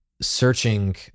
searching